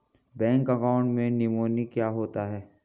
Bank account में nominee क्या होता है?